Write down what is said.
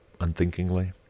unthinkingly